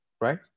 right